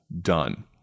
done